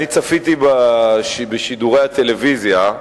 אני צפיתי בשידורי הטלוויזיה,